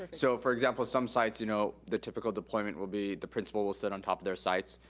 so for example, some sites, you know the typical deployment will be the principal will sit on top of their sites,